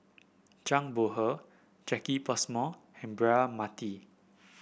Zhang Bohe Jacki Passmore and Braema Mathi